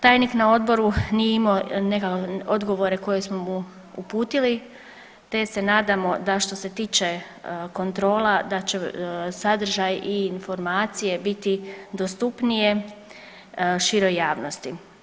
Tajnik na odboru nije imao odgovore koje smo mu uputili te se nadamo da što se tiče kontrola da će sadržaj i informacije biti dostupnije široj javnosti.